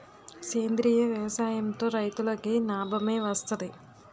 సేంద్రీయ వ్యవసాయం తో రైతులకి నాబమే వస్తది